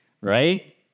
right